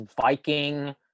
Viking